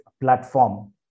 platform